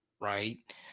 right